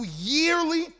yearly